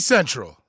Central